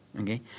Okay